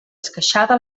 esqueixada